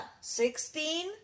Sixteen